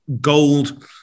gold